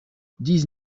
dix